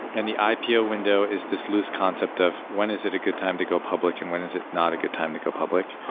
and the ipo window is this loose concept of when is it a good time to go public and when is it not a good time to go public?